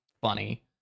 funny